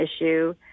issue